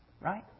right